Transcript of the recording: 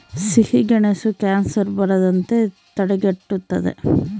ಸಿಹಿಗೆಣಸು ಕ್ಯಾನ್ಸರ್ ಬರದಂತೆ ತಡೆಗಟ್ಟುತದ